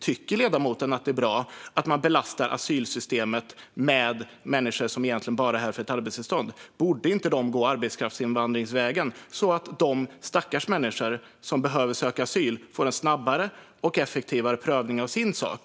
Tycker ledamoten att det är bra att man belastar asylsystemet med människor som egentligen bara är här för ett arbetstillstånd? Borde de inte gå arbetskraftsinvandringsvägen så att de stackars människor som behöver söka asyl får en snabbare och effektivare prövning av sin sak?